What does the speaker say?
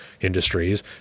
industries